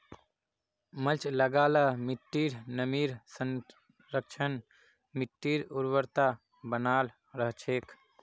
mulch लगा ल मिट्टीर नमीर संरक्षण, मिट्टीर उर्वरता बनाल रह छेक